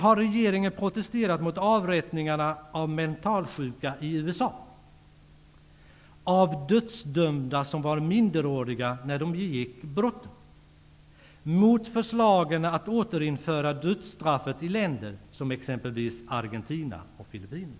Har regeringen protesterat mot avrättningarna av mentalsjuka i USA, mot avrättningarna av dödsdömda som var minderåriga när de begick brotten eller mot förslagen att återinföra dödsstraffet i sådana länder som t.ex. Argentina och Filippinerna?